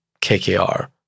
KKR